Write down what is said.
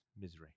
misery